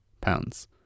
pounds